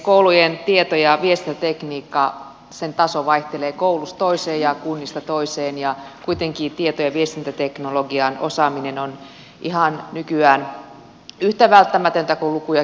koulujen tieto ja viestintätekniikan taso vaihtelee koulusta toiseen ja kunnasta toiseen ja kuitenkin tieto ja viestintäteknologian osaaminen on nykyään ihan yhtä välttämätöntä kuin luku ja kirjoitustaito